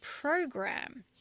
program